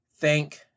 Thank